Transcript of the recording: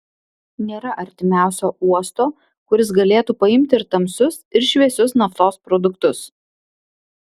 nėra artimiausio uosto kuris galėtų paimti ir tamsius ir šviesius naftos produktus